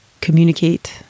communicate